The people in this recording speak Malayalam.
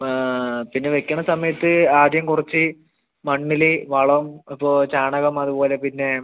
പിന്നെ വയ്ക്കണ സമയത്ത് ആദ്യം കുറച്ച് മണ്ണിൽ വളം അപ്പോൾ ചാണകം അതുപോലെ പിന്നെ